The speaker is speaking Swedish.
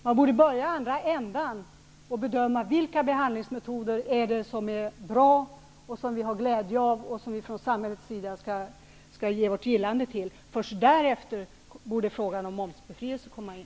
Man borde börja i andra ändan och bedöma vilka behandlingsmetoder som är bra, som vi har glädje av och som vi från samhällets sida skall ge vårt gillande till. Först därefter borde frågan om momsbefrielse komma in.